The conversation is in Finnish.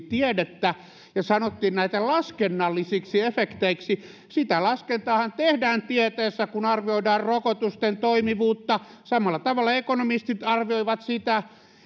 tiedettä ja sanottiin näitä laskennallisiksi efekteiksi sitä laskentaahan tehdään tieteessä kun arvioidaan rokotusten toimivuutta samalla tavalla ekonomistit arvioivat